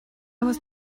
was